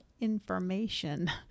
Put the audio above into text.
information